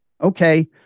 Okay